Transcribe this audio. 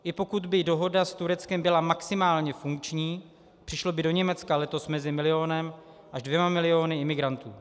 I pokud by dohoda s Tureckem byla maximálně funkční, přišlo by do Německa letos mezi milionem až dvěma miliony imigrantů.